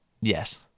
Yes